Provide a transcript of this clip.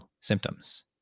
symptoms